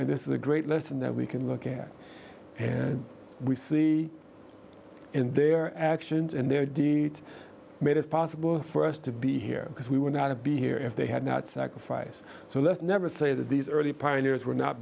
and this is a great lesson that we can look at and we see and their actions and their deeds made it possible for us to be here because we were not to be here if they had not sacrifice so let's never say that these early pioneers were not